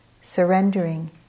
Surrendering